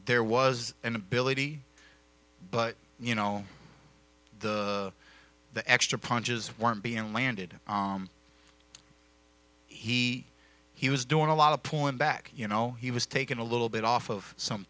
there was an ability but you know the the extra punches weren't being landed he he was doing a lot of point back you know he was taken a little bit off of some